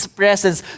presence